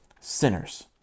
sinners